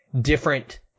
different